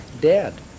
dead